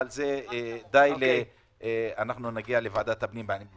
אבל נגיע לוועדת הפנים בעניין.